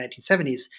1970s